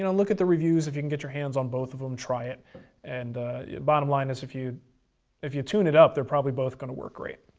and look at the reviews. if you can get your hands on both of them, try it and bottom line is, if you if you tune it up, they're probably both going to work great.